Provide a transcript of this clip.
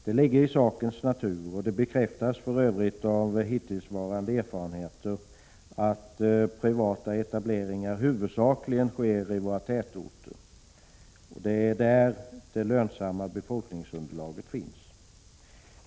Det ligger i sakens natur, och det bekräftas för övrigt av hittillsvarande erfarenheter, att privata etableringar huvudsakligen sker i våra tätorter. Det är där det lönsamma befolkningsunderlaget finns.